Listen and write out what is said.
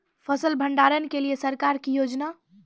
फसल भंडारण के लिए सरकार की योजना?